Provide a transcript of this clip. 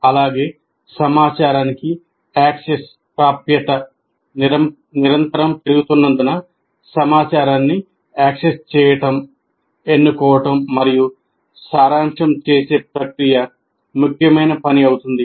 అలాగే సమాచారానికి ప్రాప్యత నిరంతరం పెరుగుతున్నందున సమాచారాన్ని యాక్సెస్ చేయడం ఎన్నుకోవడం మరియు సారాంశం చేసే ప్రక్రియ ముఖ్యమైన పని అవుతుంది